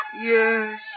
Yes